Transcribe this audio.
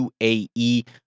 UAE